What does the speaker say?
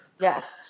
Yes